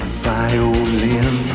violin